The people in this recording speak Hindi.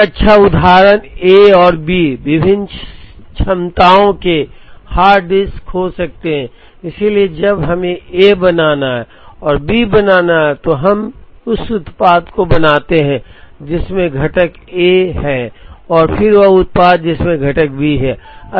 एक अच्छा उदाहरण ए और बी विभिन्न क्षमताओं के हार्ड डिस्क हो सकते हैं इसलिए जब हमें ए बनाना है और बी बनाना है तो हम उस उत्पाद को बनाते हैं जिसमें घटक ए है और फिर वह उत्पाद जिसमें घटक बी है